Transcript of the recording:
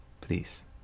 please